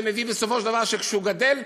זה מביא בסופו של דבר שכשהוא גדל,